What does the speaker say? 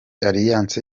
alliance